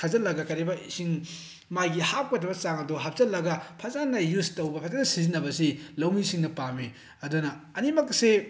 ꯊꯥꯖꯤꯜꯂꯒ ꯀꯔꯤꯕ ꯏꯁꯤꯡ ꯃꯥꯒꯤ ꯍꯥꯞꯀꯗꯧꯔꯤꯕ ꯆꯥꯡ ꯑꯗꯣ ꯍꯥꯞꯆꯤꯜꯂꯒ ꯐꯖꯅ ꯌꯨꯁ ꯇꯧꯕ ꯐꯖꯅ ꯁꯤꯖꯤꯟꯅꯕꯁꯤ ꯂꯧꯃꯤꯁꯤꯡꯅ ꯄꯥꯝꯏ ꯑꯗꯨꯅ ꯑꯅꯤꯃꯛꯁꯤ